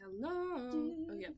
Hello